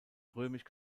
römisch